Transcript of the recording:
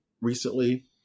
recently